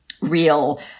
real